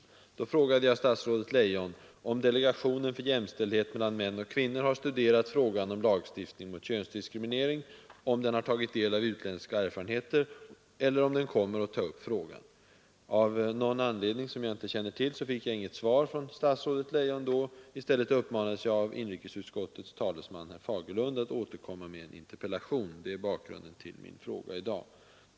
I den debatten frågade jag statsrådet Leijon om delegationen för jämställdhet mellan män och kvinnor har studerat frågan om lagstiftning mot könsdiskriminering, om den har tagit del av utländska erfarenheter eller om den kommer att ta upp frågan. Av någon anledning som jag inte känner till fick jag inget svar av statsrådet Leijon då. I stället uppmanades jag av inrikesutskottets talesman, herr Fagerlund, att återkomma med en interpellation. Det är bakgrunden till min fråga i dag.